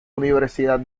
universidad